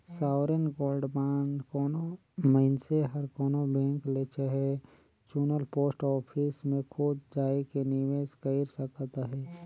sovereign gold bond कोनो मइनसे हर कोनो बेंक ले चहे चुनल पोस्ट ऑफिस में खुद जाएके निवेस कइर सकत अहे